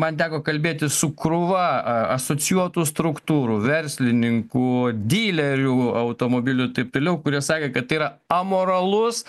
man teko kalbėtis su krūva asocijuotų struktūrų verslininkų dilerių automobilių ir taip toliau kurie sakė kad tai yra amoralus